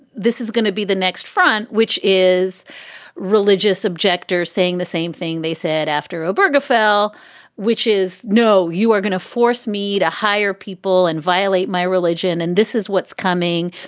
this is gonna be the next front, which is religious objectors saying the same thing they said after oberg afl, which is, no, you are gonna force me to hire people and violate my religion. and this is what's coming.